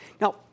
Now